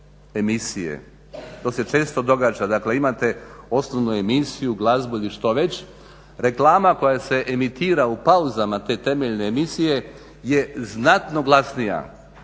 To se često događa. Dakle, imate osnovnu emisiju, glazbu ili što već, reklama koja se emitira u pauzama te temeljne emisije je znatno glasnija